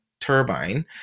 turbine